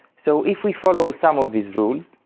so if we follow some of these rules,